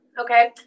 okay